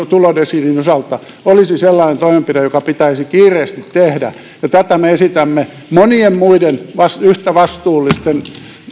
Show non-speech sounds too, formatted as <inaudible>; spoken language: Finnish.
<unintelligible> tulodesiilin osalta olisi sellainen toimenpide joka pitäisi kiireesti tehdä tätä me esitämme monien muiden yhtä vastuullisten